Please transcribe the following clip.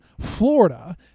florida